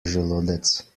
želodec